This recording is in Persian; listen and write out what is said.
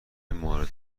مورد